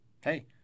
hey